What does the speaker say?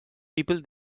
people